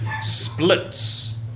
splits